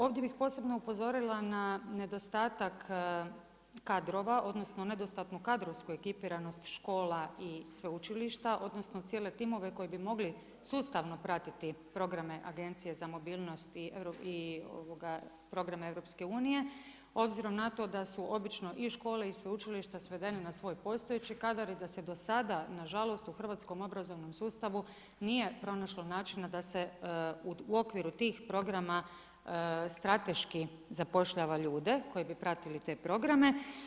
Ovdje bih posebno upozorila na nedostatak kadrova, odnosno nedostatnu kadrovsku ekipiranost škola i sveučilišta, odnosno cijele timove koji bi mogli sustavno pratiti programe Agencije za mobilnost i programe EU-a obzirom na to da su obično i škole i sveučilišta svedene na svoj postojeći kadar i da se do sada na žalost u hrvatskom obrazovnom sustavu nije pronašlo načina da se u okviru tih programa strateški zapošljava ljude koji bi pratili te programe.